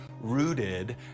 rooted